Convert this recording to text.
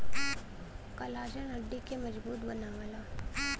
collagen हड्डी के मजबूत बनावला